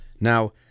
Now